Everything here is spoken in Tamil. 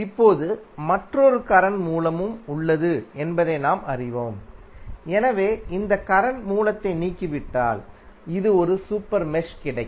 இப்போது மற்றொரு கரண்ட் மூலமும் உள்ளது என்பதை நாம் அறிவோம் எனவே இந்த கரண்ட் மூலத்தை நீக்கிவிட்டால் இது ஒரு சூப்பர் மெஷ் கிடைக்கும்